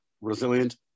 resilient